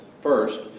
first